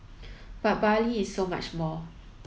but Bali is so much more